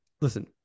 listen